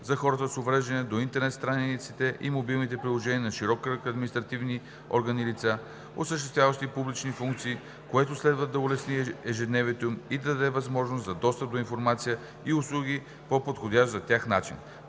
за хората с увреждания до интернет страниците и мобилните приложения на широк кръг административни органи и лица, осъществяващи публични функции, което следва да улесни ежедневието им и да даде възможност за достъп до информация и услуги по подходящ за тях начин.